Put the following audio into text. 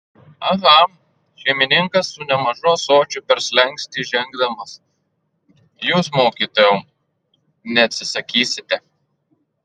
aha šeimininkas su nemažu ąsočiu per slenkstį žengdamas jūs mokytojau neatsisakysite